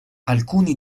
alcuni